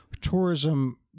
Tourism